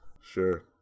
Sure